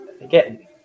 again